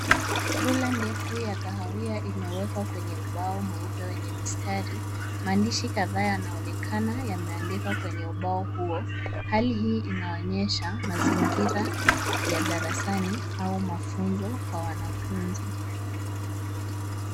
Ruler ndefu ya kahawia imewekwa kwenye ubao mweupe wenye mistari. Maandishi kadhaa yanaonekana yameandikwa kwenye ubao huo. Hali hii inaonyesha mazingira ya darasani au mafunzo kwa wanafunzi.